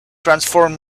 transform